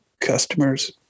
customers